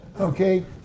Okay